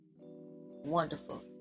wonderful